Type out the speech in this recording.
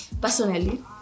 Personally